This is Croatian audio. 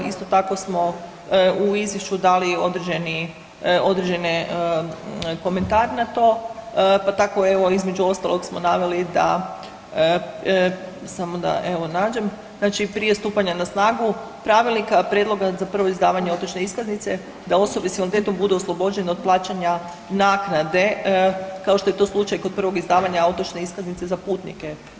Isto tako smo u izvješću dali određeni, određene komentare na to, pa tako evo između ostalog smo naveli da, samo da nađem, znači prije stupanja na snagu pravilnika prijedloga za prvo izdavanje otočne iskaznice da osobe s invaliditetom budu oslobođene od plaćanja naknade kao što je to slučaj kod prvog izdavanja otočne iskaznice za putnike.